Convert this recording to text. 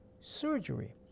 surgery